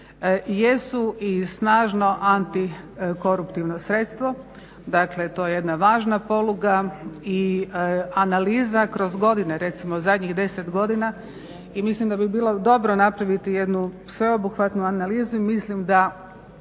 jesu i snažno antikoruptivno sredstvo. Dakle, to je jedna važna poluga i analiza kroz godine recimo zadnjih deset godina i mislim da bi bilo dobro napraviti jednu sveobuhvatnu analizu i mislim da